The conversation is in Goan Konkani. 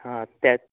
हां तेंत